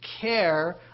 care